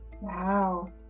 Wow